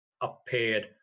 appeared